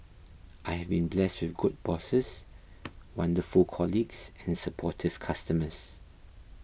I have been blessed with good bosses wonderful colleagues and supportive customers